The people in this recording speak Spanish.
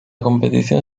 competición